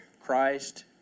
Christ